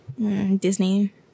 Disney